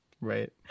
Right